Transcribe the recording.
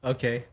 Okay